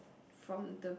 from the